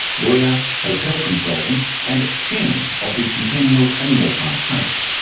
lawyer, hotel consultant and chairman of the centennial and moore park trust.